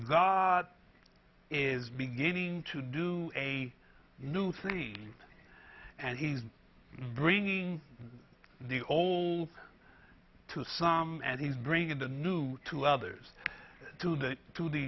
god is beginning to do a new thing and he's bringing the old to some and he's bringing in the new to others to the to the